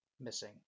missing